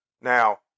Now